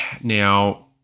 now